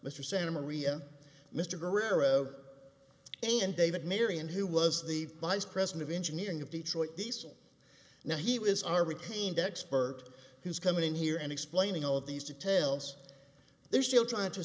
mr santamaria mr guerrero and david marion who was the vice president of engineering of detroit diesel now he was our repaint expert who's coming here and explaining all of these details they're still trying to